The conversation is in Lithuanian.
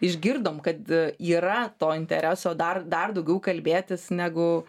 išgirdom kad yra to intereso dar dar daugiau kalbėtis negu